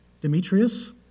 Demetrius